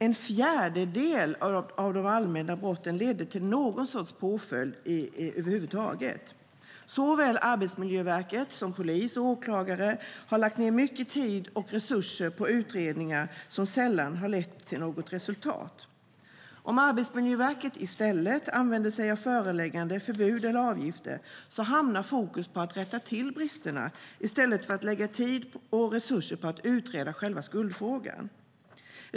En fjärdedel av de anmälda brotten ledde till någon sorts påföljd. Såväl Arbetsmiljöverket som polis och åklagare har lagt ned mycket tid och resurser på utredningar som sällan har lett till något resultat. Om Arbetsmiljöverket i stället använder sig av föreläggande, förbud eller avgifter hamnar fokus på att rätta till bristerna, i stället för att tid och resurser läggs på att utreda själva skuldfrågan.